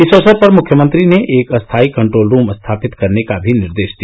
इस अवसर पर मुख्यमंत्री ने एक स्थायी कंट्रोल रूम स्थापित करने का भी निर्देश दिया